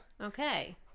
Okay